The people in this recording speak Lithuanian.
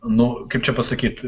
nu kaip čia pasakyt